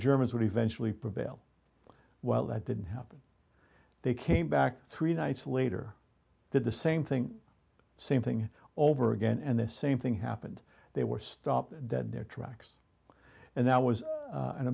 germans would eventually prevail well that didn't happen they came back three nights later did the same thing same thing over again and the same thing happened they were stopped dead their tracks and that was